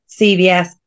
CVS